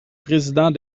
président